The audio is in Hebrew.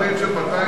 עוד 700 מיליון,